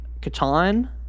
Catan